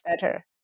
better